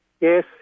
Yes